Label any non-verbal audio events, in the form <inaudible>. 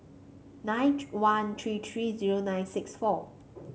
nine <unintelligible> one three three zero nine six four